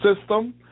system